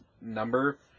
number